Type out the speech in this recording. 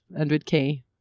100k